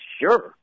Sure